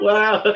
Wow